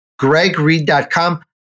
gregreed.com